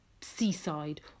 seaside